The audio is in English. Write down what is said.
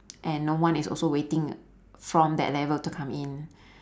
and no one is also waiting from that level to come in